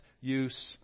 use